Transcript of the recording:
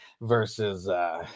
Versus